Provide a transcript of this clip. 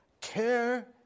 Care